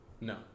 no